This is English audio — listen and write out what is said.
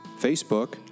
Facebook